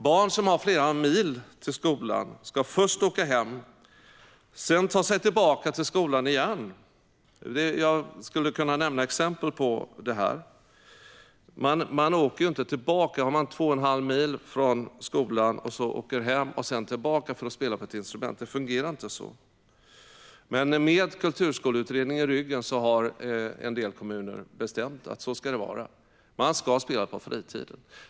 Barn som har flera mil till skolan ska först åka hem och sedan ta sig tillbaka till skolan igen. Jag skulle kunna nämna exempel. Om man bor två och en halv mil från skolan åker man inte först hem för att sedan åka tillbaka för att spela på ett instrument. Det fungerar inte så. Men med kulturskoleutredningen i ryggen har en del kommuner bestämt att det ska vara så - man ska spela på fritiden.